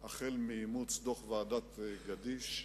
החל באימוץ דוח ועדת-גדיש,